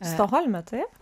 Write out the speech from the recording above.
stokholme taip